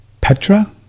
Petra